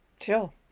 Sure